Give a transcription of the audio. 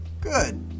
good